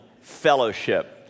Fellowship